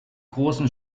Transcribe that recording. großen